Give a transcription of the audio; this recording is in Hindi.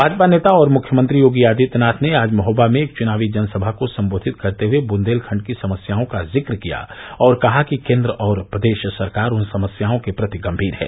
भाजपा नेता और मुख्यमंत्री योगी आदित्यनाथ ने आज महोबा में एक च्नावी जनसभा को सम्बोधित करते हये ब्न्देलखण्ड की समस्याओं का जिक्र किया और कहा कि केन्द्र और प्रदेश सरकार उन समस्याओं के प्रति गम्मीर है